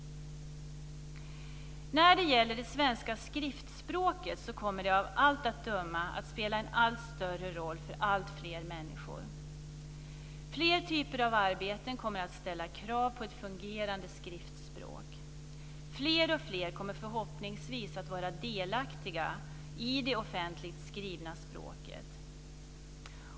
Det svenska skriftspråket kommer av allt att döma att spela en allt större roll för alltfler människor. Fler typer av arbeten kommer att ställa krav på ett fungerande skriftspråk. Fler och fler kommer förhoppningsvis att vara delaktiga i det offentligt skrivna språket.